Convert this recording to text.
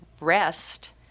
rest